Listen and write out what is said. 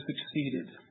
succeeded